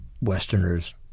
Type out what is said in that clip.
Westerners